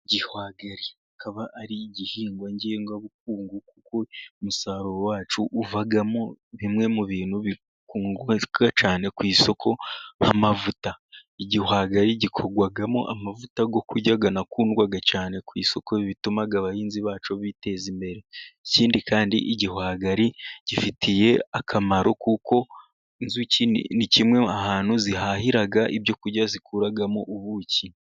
Igihwagari kikaba ari igihingwa ngengabukungu, kuko umusaruro wacyo uvamo bimwe mu bintu bikundwa cyane ku isoko nk'amavuta, igihwagari gikorwamo amavuta yo kurya anakundwa cyane ku isoko bituma abahinzi bacyo biteza imbere, ikindi kandi igihwagari gifitiye akamaro kuko inzuki ni kimwe ahantu zihahira ibyo zirya zikuramo ubuki.